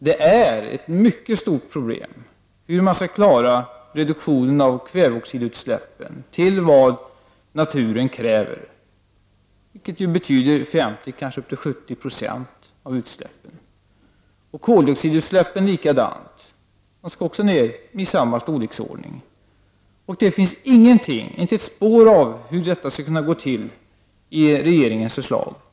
Det är ett mycket stort problem hur man skall klara reduceringen av kväveoxidutsläppen till den nivå som naturen kräver, vilket betyder 50, kanske upp till 70 90 av utsläppen. Likadant är det med koldioxidutsläppen. De skall också ned i samma storleksordning. I regeringens förslag finns inte ett spår av hur det skall gå till.